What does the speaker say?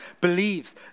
believes